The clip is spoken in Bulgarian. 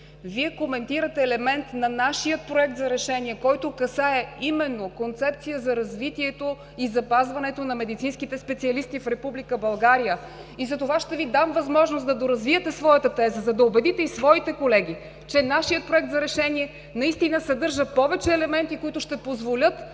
Вие коментирате елемент на нашия Проект за решение, който касае именно концепция за развитието и запазването на медицинските специалисти в Република България. Затова ще Ви дам възможност да доразвиете Вашата теза, за да убедите и своите колеги, че нашият Проект за решение наистина съдържа повече елементи, които ще позволят